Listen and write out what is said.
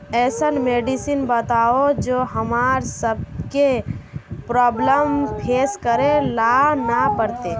ऐसन मेडिसिन बताओ जो हम्मर सबके प्रॉब्लम फेस करे ला ना पड़ते?